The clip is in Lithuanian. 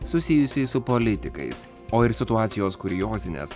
susijusiai su politikais o ir situacijos kuriozinės